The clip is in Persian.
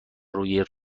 روی